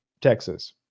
texas